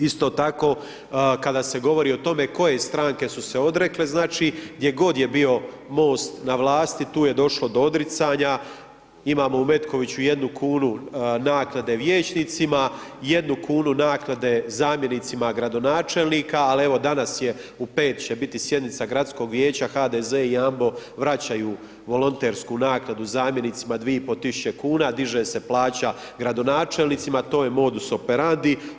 Isto tako, kada se govori o tome koje stranke su se odrekle, znači, gdje god je bio MOST na vlasti, tu je došlo do odricanja, imamo u Metkoviću jednu kunu naknade vijećnicima, jednu kunu naknade zamjenicima gradonačelnika, al' evo danas je, u 17 će biti sjednica gradskog vijeća, HDZ i Jambo vraćaju volontersku naknadu zamjenicima, 2.500,00 kuna, diže se plaća gradonačelnicima, to je modus operandi.